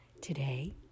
Today